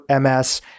ms